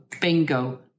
bingo